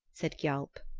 said gialp.